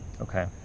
Okay